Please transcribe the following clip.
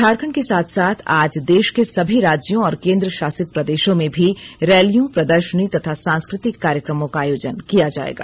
झारखंड के साथ साथ आज देश के सभी राज्यों और केंद्र शासित प्रदेशों में भी रैलियों प्रदर्शनी तथा सांस्कृतिक कार्यक्रमों का आयोजन किया जाएगा